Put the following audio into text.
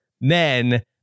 men